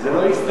זה לא יסתיים.